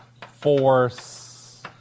force